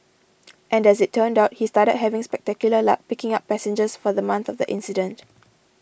and as it turned out he started having spectacular luck picking up passengers for the month of the incident